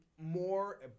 more